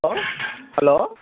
hello hello